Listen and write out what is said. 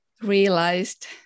realized